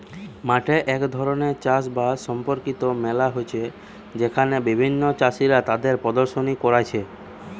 মাঠে এক ধরণের চাষ বাস সম্পর্কিত মেলা হচ্ছে যেখানে বিভিন্ন চাষীরা তাদের প্রদর্শনী কোরছে